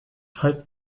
halb